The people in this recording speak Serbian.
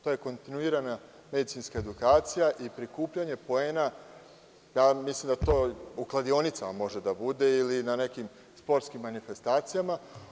To je kontinuirana medicinska edukacija i prikupljanje poena može da bude u kladionicama ili na nekim sportskim manifestacijama.